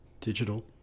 digital